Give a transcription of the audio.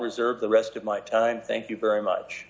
reserve the rest of my time thank you very much